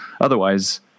otherwise